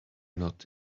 not